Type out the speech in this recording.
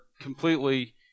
completely